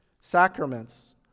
Sacraments